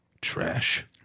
trash